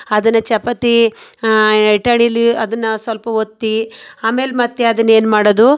ಅದನ್ನು ಚಪಾತಿ ಲಟ್ಟಣಿಯಲ್ಲಿ ಅದನ್ನು ಸ್ವಲ್ಪ ಒತ್ತಿ ಆಮೇಲೆ ಮತ್ತೆ ಅದನ್ನು ಏನು ಮಾಡೋದು